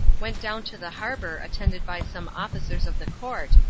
went down to the harbour attended by some officers of the court,